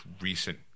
recent